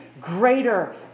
greater